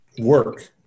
work